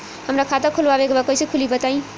हमरा खाता खोलवावे के बा कइसे खुली बताईं?